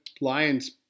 Lions